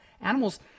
Animals